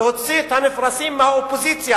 להוציא את הרוח מהמפרשים של האופוזיציה.